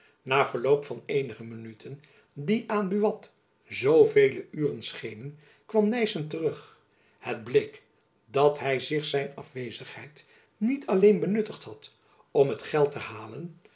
na verloop van eenige minuten die aan buat zoovele uren schenen kwam nyssen terug het bleek dat hy zich zijn afwezigheid niet alleen benuttigd had om het geld te halen